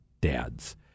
dads